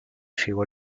llegó